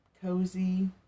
cozy